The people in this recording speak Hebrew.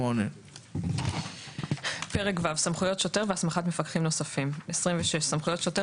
28. פרק ו': סמכויות שוטר והסמכת מפקחים נוספים סמכויות שוטר